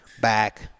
back